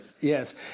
Yes